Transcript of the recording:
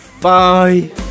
Bye